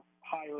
higher